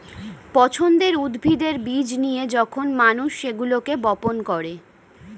পছন্দের উদ্ভিদের বীজ নিয়ে যখন মানুষ সেগুলোকে বপন করে